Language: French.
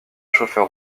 chauffeur